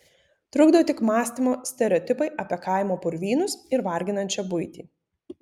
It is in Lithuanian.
trukdo tik mąstymo stereotipai apie kaimo purvynus ir varginančią buitį